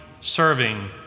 serving